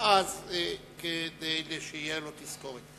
כדי שתהיה לו תזכורת.